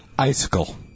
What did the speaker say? Icicle